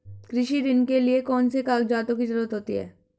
कृषि ऋण के लिऐ कौन से कागजातों की जरूरत होती है?